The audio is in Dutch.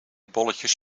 bolletjes